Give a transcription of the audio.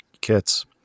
kits